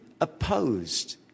Opposed